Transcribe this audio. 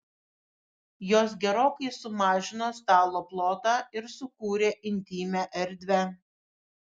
jos gerokai sumažino stalo plotą ir sukūrė intymią erdvę